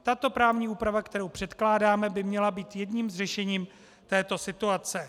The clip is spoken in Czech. Tato právní úprava, kterou předkládáme, by měla být jedním z řešení této situace.